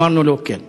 אמרנו לו: כן.